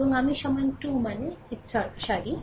এবং আমি সমান 2 মানে ইথ সারি